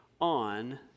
on